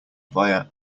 via